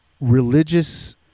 religious